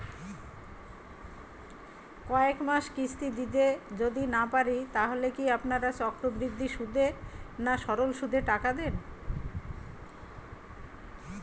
কয়েক মাস কিস্তি দিতে যদি না পারি তাহলে কি আপনারা চক্রবৃদ্ধি সুদে না সরল সুদে টাকা দেন?